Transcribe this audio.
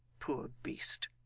poor beast